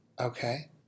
Okay